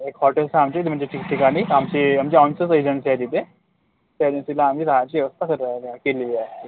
एक हॉटेल सांगतील म्हणजे ठीक ठिकाणी आमचे आमचे आमचेच एजंट्स आहेत तिथे त्या एजन्सीला आम्ही रहायची व्यवस्था केलेली आहे